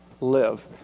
live